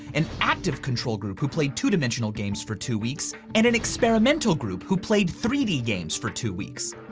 and active control group who played two dimensional games for two weeks, and an experimental group who played three d games for two weeks.